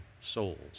souls